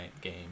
game